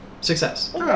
Success